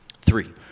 three